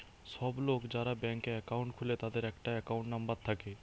সব লোক যারা ব্যাংকে একাউন্ট খুলে তাদের একটা একাউন্ট নাম্বার থাকে